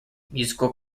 musical